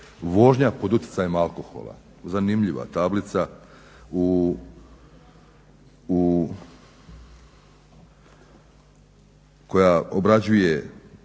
vožnja pod utjecajem alkohola. Zanimljiva tablica koja obrađuje